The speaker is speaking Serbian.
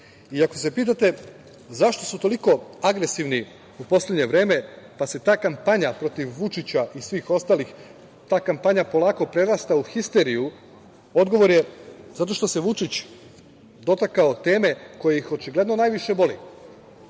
Iako se pitate, zašto su toliko agresivni u poslednje vreme, pa ta kampanja protiv Vučića i svih ostalih, ta kampanja polako prerasta u histeriju? Odgovor je, zato što se Vučić dotakao teme koja ih očigledno najviše boli,